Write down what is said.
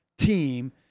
team